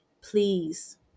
please